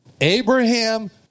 Abraham